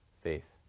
faith